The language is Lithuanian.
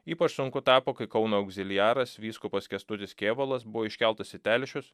ypač sunku tapo kai kauno augziliaras vyskupas kęstutis kėvalas buvo iškeltas į telšius